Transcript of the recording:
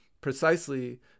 Precisely